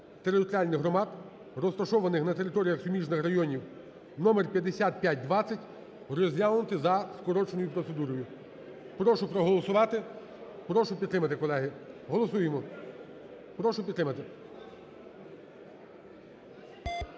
територіальних громад, розташованих на територіях суміжних районів (номер 5520) розглянути за скороченою процедурою. Прошу проголосувати, прошу підтримати, колеги. Голосуємо, прошу підтримати.